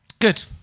Good